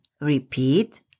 Repeat